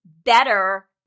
better